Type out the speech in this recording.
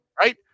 right